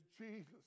Jesus